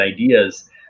ideas